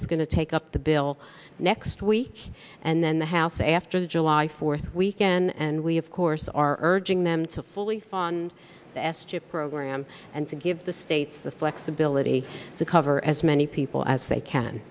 is going to take up the bill next week and then the house after the july fourth weekend and we of course are urging them to fully fund the s chip program and to give the states the flexibility to cover as many people as they can